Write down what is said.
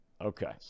Okay